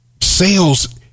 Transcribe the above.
Sales